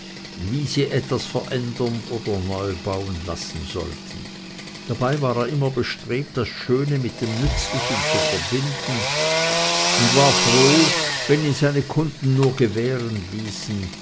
wie sie etwas verändern oder neu bauen lassen sollten dabei war er immer bestrebt das schöne mit dem nützlichen zu verbinden und war froh wenn ihn seine kunden nur gewähren ließen